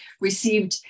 received